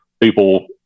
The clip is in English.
People